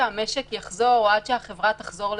שהמשק יחזור או עד שהחברה תחזור לפעילות.